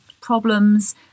problems